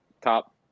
top